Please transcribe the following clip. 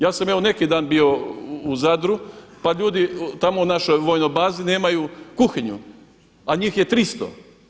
Ja sam evo neki dan bio u Zadru pa ljudi tamo u našoj vojnoj bazi nemaju kuhinju, a njih je 300.